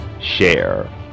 share